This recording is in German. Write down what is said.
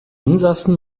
insassen